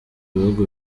ibihugu